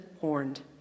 horned